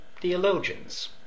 theologians